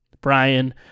Brian